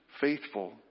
faithful